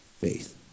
faith